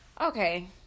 Okay